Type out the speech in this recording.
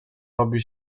robi